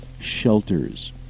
shelters